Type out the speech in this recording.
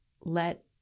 Let